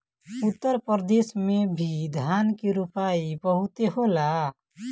उत्तर प्रदेश में भी धान के रोपाई बहुते होला